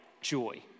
joy